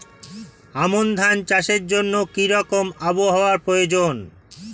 আমন ধান চাষের জন্য কি রকম আবহাওয়া প্রয়োজন?